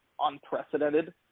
unprecedented